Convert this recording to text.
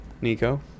Nico